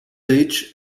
age